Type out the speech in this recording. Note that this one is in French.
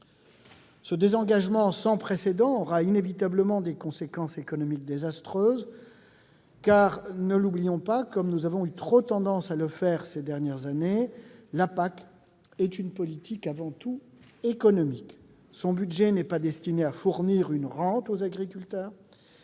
Ce désengagement sans précédent aura inévitablement des conséquences économiques désastreuses. N'oublions pas, comme nous avons eu trop tendance à le faire ces dernières années, que la PAC est avant tout une politique économique : son budget n'est pas destiné à fournir une rente aux agriculteurs,